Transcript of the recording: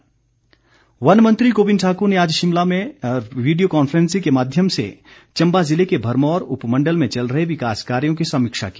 गोविंद ठाक्र वन मंत्री गोविंद ठाक्र ने आज शिमला से वीडियो कॉन्फ्रेंस के माध्यम से चंबा जिले के भरमौर उपमंडल में चल रहे विकास कार्यो की समीक्षा की